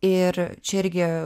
ir čia irgi